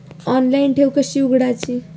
Online ठेव कशी उघडायची?